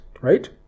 Right